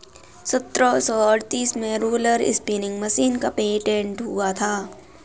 सत्रह सौ अड़तीस में रोलर स्पीनिंग मशीन का पेटेंट हुआ था